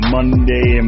Monday